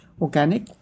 organic